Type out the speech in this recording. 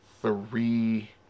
three